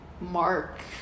mark